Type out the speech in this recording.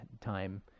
time